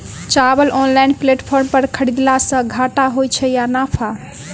चावल online platform पर खरीदलासे घाटा होइ छै या नफा?